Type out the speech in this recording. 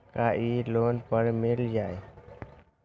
का इ लोन पर मिल जाइ?